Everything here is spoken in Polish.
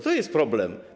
To jest problem.